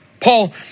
Paul